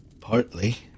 partly